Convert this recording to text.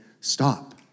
Stop